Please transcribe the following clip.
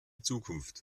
zukunft